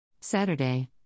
Saturday